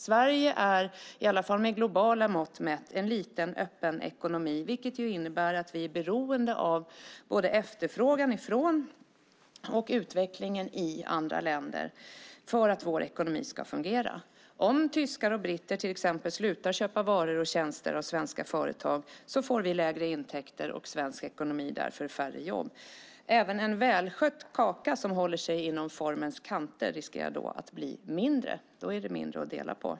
Sverige är i alla fall med globala mått mätt en liten, öppen ekonomi vilket innebär att vi är beroende av både efterfrågan från och utvecklingen i andra länder för att vår ekonomi ska fungera. Om tyskar och britter till exempel slutar köpa varor och tjänster av svenska företag får vi lägre intäkter och svensk ekonomi därför färre jobb. Även en välskött kaka som håller sig inom formens kanter riskerar då att bli mindre. Då blir det mindre att dela på.